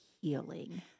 healing